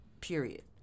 period